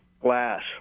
glass